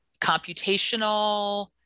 computational